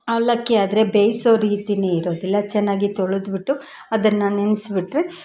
ಅವಲಕ್ಕಿ ಆದರೆ ಬೇಯಿಸೋ ರೀತಿನೆ ಇರೋದಿಲ್ಲ ಚೆನ್ನಾಗಿ ತೊಳೆದ್ಬಿಟ್ಟು ಅದನ್ನು ನೆನೆಸ್ಬಿಟ್ರೆ